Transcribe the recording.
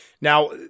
Now